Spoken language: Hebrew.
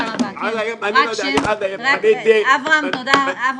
אני לא יודע, אני פניתי --- אברהם, תודה.